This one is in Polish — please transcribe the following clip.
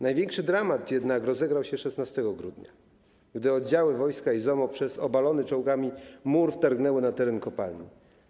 Największy dramat jednak rozegrał się 16 grudnia, gdy odziały wojska i ZOMO przez obalony czołgami mur wtargnęły na teren kopalni.